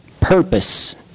purpose